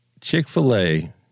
Chick-fil-A